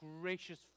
gracious